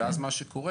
ואז מה שקורה,